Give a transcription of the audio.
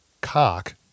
cock